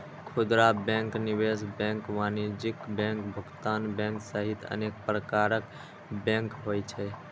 खुदरा बैंक, निवेश बैंक, वाणिज्यिक बैंक, भुगतान बैंक सहित अनेक प्रकारक बैंक होइ छै